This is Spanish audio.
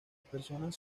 personas